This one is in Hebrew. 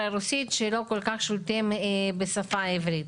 רוסית שלא כל כך שולטים בשפה העברית,